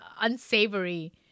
unsavory